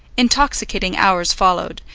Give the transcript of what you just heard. intoxicating hours followed,